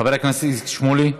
חבר הכנסת איציק שמולי.